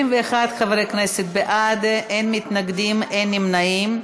31 חברי כנסת בעד, אין מתנגדים, אין נמנעים.